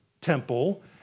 temple